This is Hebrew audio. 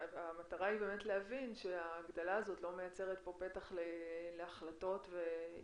המטרה היא רק באמת להבין שההגדלה הזו לא מייצרת פה פתח להחלטות ואיזוקים